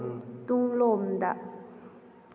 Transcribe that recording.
ꯇꯨꯡꯂꯣꯝꯗ